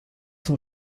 son